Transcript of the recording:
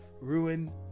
ruin